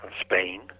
Spain